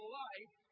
life